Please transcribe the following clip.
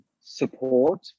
support